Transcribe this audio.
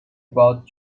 got